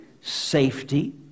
safety